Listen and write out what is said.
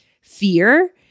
fear